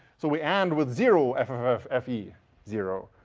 so we end with zero f f f f e zero.